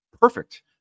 perfect